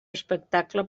espectacle